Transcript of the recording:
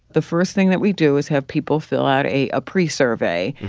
the first thing that we do is have people fill out a pre-survey,